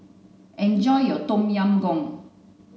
enjoy your Tom Yam Goong